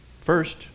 first